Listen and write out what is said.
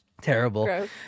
Terrible